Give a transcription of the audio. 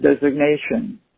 designation